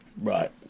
Right